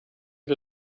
wir